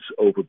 over